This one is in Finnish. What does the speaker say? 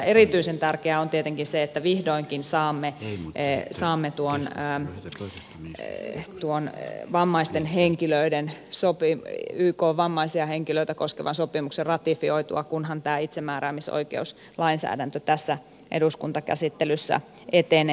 erityisen tärkeää on tietenkin se että vihdoinkin saamme tuon erään mereen tuonee vammaisten henkilöiden sopia ei ykn vammaisia henkilöitä koskevan sopimuksen ratifioitua kunhan tämä itsemääräämisoikeuslainsäädäntö tässä eduskuntakäsittelyssä etenee